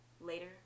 Later